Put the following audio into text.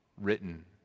written